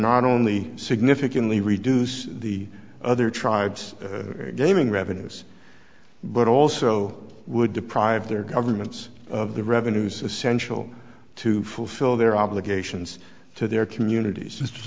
not only significantly reduce the other tribes gaming revenues but also would deprive their governments of the revenues essential to fulfill their obligations to their communities